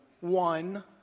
one